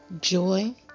joy